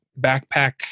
backpack